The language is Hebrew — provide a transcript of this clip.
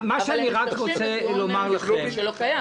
אבל הם משתמשים בטיעון משפטי שלא קיים.